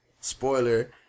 spoiler